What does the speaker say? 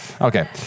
Okay